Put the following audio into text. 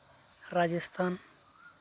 Rajasthan